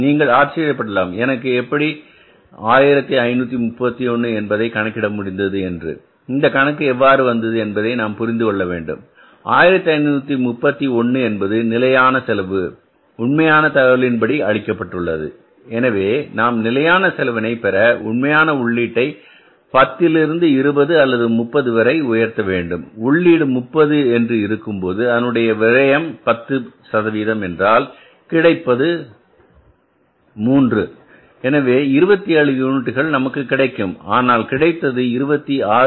நீங்கள் ஆச்சரியப்படலாம் எனக்கு எவ்வாறு 1531 என்பதை கணக்கிட முடிந்தது என்று இந்த கணக்கு எவ்வாறு வந்தது என்பதை நாம் புரிந்து கொள்ள வேண்டும் 1531 என்பது நிலையான செலவு உண்மையான தகவலின்படி அளிக்கப்பட்டுள்ளது எனவே நாம் நிலையான செலவினை பெற உண்மையான உள்ளீட்டை பத்திலிருந்து இருபது அல்லது முப்பது வரை உயர்த்த வேண்டும் உள்ளீடு 30 என்று இருக்கும்போது அதனுடைய விரையம் 10 என்றால் கிடைப்பது 3 எனவே 27 யூனிட்டுகள் நமக்கு கிடைக்கும் ஆனால் கிடைத்தது 26